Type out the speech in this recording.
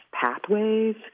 pathways